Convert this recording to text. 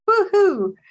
Woohoo